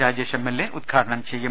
Rajesh MLA ഉദ്ഘാടനം ചെയ്യും